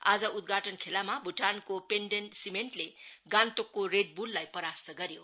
आज उद्घाटन खेलामा भुटानको पेन्डेन सिमेन्टले गान्तोकको रेड बुललाई परास्त गर्यो